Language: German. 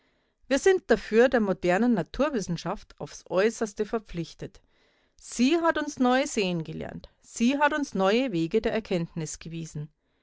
wir sind dafür der modernen naturwissenschaft aufs äußerste verpflichtet sie hat uns neu sehen gelehrt sie hat uns neue wege der erkenntnis gewiesen